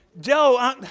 Joe